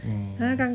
hmm